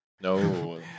No